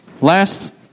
Last